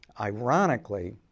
ironically